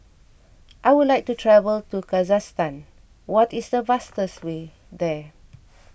I would like to travel to Kazakhstan what is the fastest way there